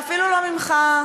ואפילו לא ממך,